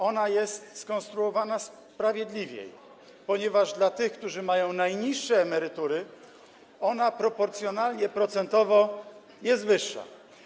Ona jest skonstruowana sprawiedliwiej, ponieważ dla tych, którzy mają najniższe emerytury, ona proporcjonalnie, procentowo jest wyższa.